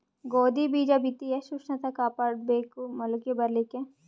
ಗೋಧಿ ಬೀಜ ಬಿತ್ತಿ ಎಷ್ಟ ಉಷ್ಣತ ಕಾಪಾಡ ಬೇಕು ಮೊಲಕಿ ಬರಲಿಕ್ಕೆ?